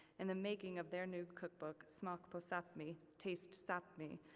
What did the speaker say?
and the making of their new cookbook, smak posapmi, taste sapmi.